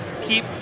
keep